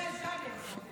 חובבי הז'אנר רואים.